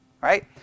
right